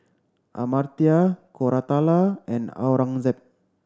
Amartya Koratala and Aurangzeb